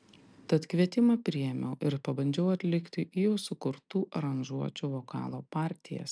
tad kvietimą priėmiau ir pabandžiau atlikti jau sukurtų aranžuočių vokalo partijas